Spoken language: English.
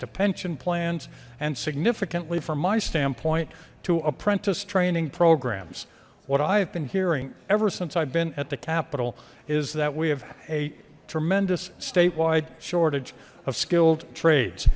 to pension plans and significantly from my standpoint to apprentice training programs what i have been hearing ever since i've been at the capitol is that we have a tremendous statewide shortage of skilled trades